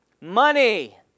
Money